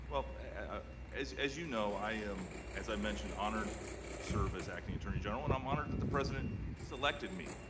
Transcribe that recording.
ah as as you know, i am, as i mentioned honored to serve as attorney general and i am honored that the president selected me.